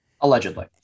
Allegedly